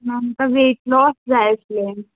मागीर आमकां weight loss जाय आशिल्लें